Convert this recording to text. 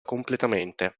completamente